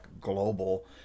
global